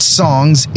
songs